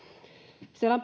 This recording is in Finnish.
siellä